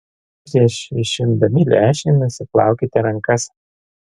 prieš išimdami lęšį nusiplaukite rankas